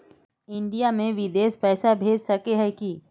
India से बिदेश पैसा भेज सके है की?